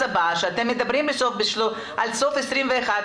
הבא שאתם מדברים על סוף 2021,